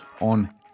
on